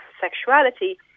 sexuality